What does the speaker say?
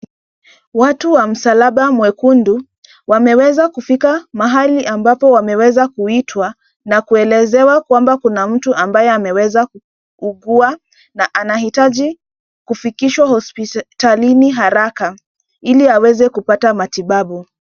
Watu wa msalaba mwekundu, wameweza kufika mahali ambapo wameweza kuitwa, na kuelezewa kwamba kuna mtu ambaye ameweza kuugua na anahitaji kufikishwa hospitalini haraka ili aweze kupata matibabu.